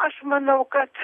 aš manau kad